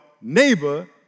neighbor